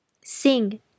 Sing